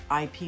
IP